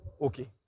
Okay